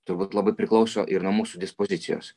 turbūt labai priklauso ir nuo mūsų dispozicijos